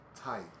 tight